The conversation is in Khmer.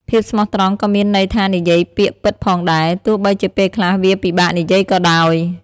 ភាពស្មោះត្រង់ក៏មានន័យថានិយាយពាក្យពិតផងដែរ ទោះបីជាពេលខ្លះវាពិបាកនិយាយក៏ដោយ។